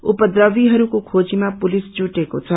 उपद्रवीहरूको खोजीमा पुलिस जुटेको छ